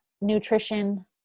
nutrition